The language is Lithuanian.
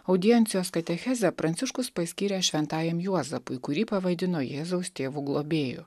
audiencijos katechezę pranciškus paskyrė šventajam juozapui kurį pavadino jėzaus tėvu globėju